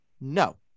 No